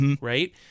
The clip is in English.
right